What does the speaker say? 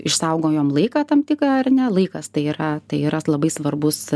išsaugojom laiką tam tiką ar ne laikas tai yra tai yra labai svarbus